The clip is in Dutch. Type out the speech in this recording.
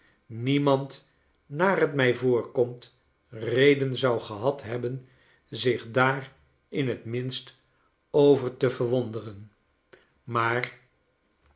niemand naar t mij voorkomt reden zou gehad hebben zich daar in j t minst over te verwonderen maar